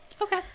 Okay